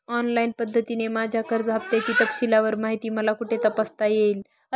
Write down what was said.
Online पद्धतीने माझ्या कर्ज हफ्त्याची तपशीलवार माहिती मला कुठे तपासता येईल?